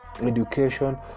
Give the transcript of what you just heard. education